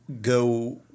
go